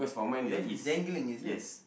oh yours is dangling is it